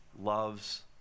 loves